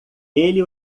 ele